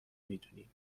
میدونیم